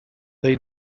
they